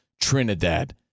Trinidad